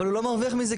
אבל הוא לא מרוויח מזה.